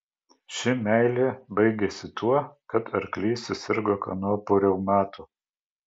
ši meilė baigėsi tuo kad arklys susirgo kanopų reumatu